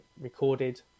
recorded